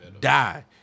die